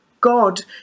God